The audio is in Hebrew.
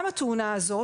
גם התאונה הזאת,